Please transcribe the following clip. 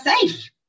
safe